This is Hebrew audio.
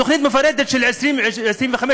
תוכנית מפורטת של 25,